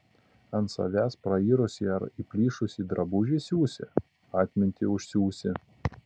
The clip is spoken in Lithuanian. ant savęs prairusį ar įplyšusį drabužį siūsi atmintį užsiūsi